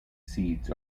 seeds